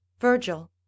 Virgil